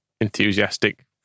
enthusiastic